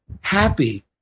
happy